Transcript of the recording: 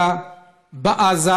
בעזה